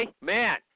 man